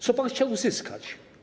Co pan chciał uzyskać?